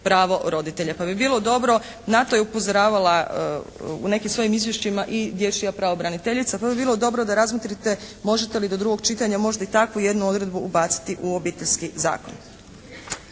pravo roditelja. Pa bi bilo dobro, na to je upozoravala u nekim svojim izvješćima i dječja pravobraniteljica pa bi bilo dobro da razmotrite možete li do drugog čitanja možda i takvu jednu odredbu ubaciti u Obiteljski zakon.